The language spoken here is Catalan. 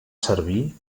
servir